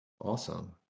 Awesome